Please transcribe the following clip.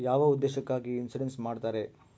ಯಾವ ಉದ್ದೇಶಕ್ಕಾಗಿ ಇನ್ಸುರೆನ್ಸ್ ಮಾಡ್ತಾರೆ?